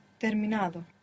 terminado